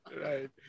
Right